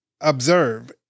observe